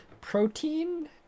Protein